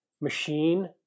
machine